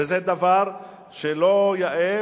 וזה דבר לא יאה,